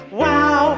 wow